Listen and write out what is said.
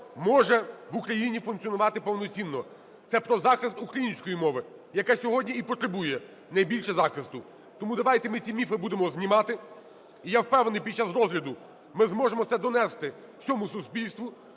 може в Україні функціонувати повноцінно. Це про захист української мови, яка сьогодні і потребує найбільше захисту. Тому давайте ми ці міфи будемо знімати, і, я впевнений, під час розгляду ми зможемо це донести всьому суспільству,